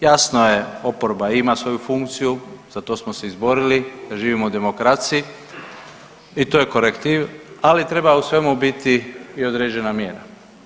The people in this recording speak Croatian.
Jasno je, oporba i ima svoju funkciju, za to smo se izborili da živimo u demokraciji i to je korektiv, ali treba u svemu biti i određena mjera.